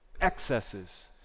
Excesses